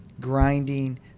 grinding